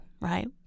right